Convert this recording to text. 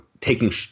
taking